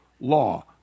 law